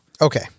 Okay